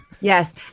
yes